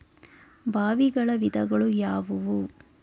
ಬಾವಿಗಳ ವಿಧಗಳು ಯಾವುವು?